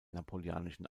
napoleonischen